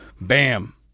Bam